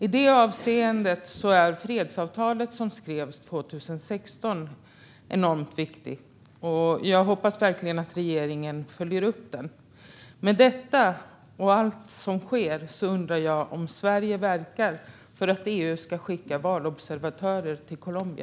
I det avseendet är fredsavtalet som skrevs 2016 enormt viktigt. Jag hoppas verkligen att regeringen följer upp det. Med tanke på detta och allt annat som sker undrar jag om Sverige verkar för att EU ska skicka valobservatörer till Colombia.